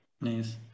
Nice